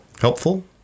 helpful